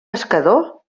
pescador